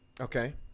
okay